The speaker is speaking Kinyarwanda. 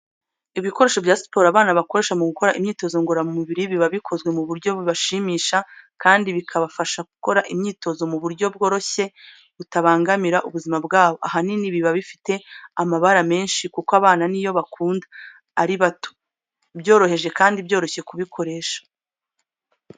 Ibikoresho bya siporo abana bakoresha mu gukora imyitozo ngororamubiri biba bikozwe ku buryo bibashimisha kandi bikabafasha gukora imyitozo mu buryo bworoshye butabangamira ubuzima bwabo. Ahanini biba bifite amabara menshi kuko abana niyo bakunda, ari bito, byoroheje kandi byoroshye kubikoresha.